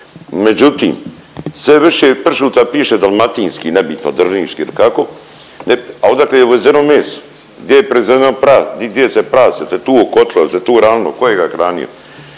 Međutim, sve više pršuta piše dalmatinski nebitno drniški ili kako, al odakle je uvezeno meso, gdje je proizvedeno prase, gdje se prase tu okotilo, jel se tu ranilo, tko je ga hranio?